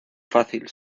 fácil